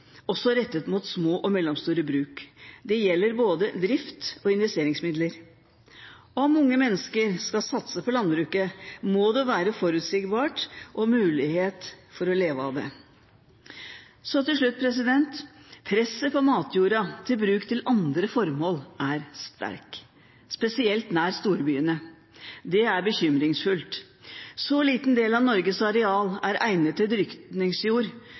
også rettet mot små og mellomstore bruk, det gjelder både drifts- og investeringsmidler. Om unge mennesker skal satse på landbruket, må det være forutsigbart og mulighet for å leve av det. Så til slutt: Presset på matjorda til bruk til andre formål er sterkt, spesielt nær storbyene. Det er bekymringsfullt. En så liten del av Norges areal er egnet til